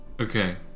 Okay